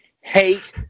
hate